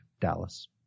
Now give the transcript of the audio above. Dallas